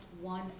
one